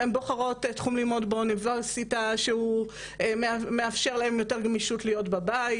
הן בוחרות תחום לימוד באוניברסיטה שמאפשר להן יותר גמישות להיות בבית,